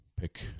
pick